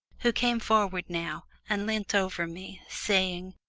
who came forward now and leant over me, saying,